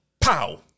pow